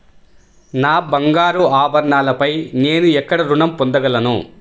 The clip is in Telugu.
నా బంగారు ఆభరణాలపై నేను ఎక్కడ రుణం పొందగలను?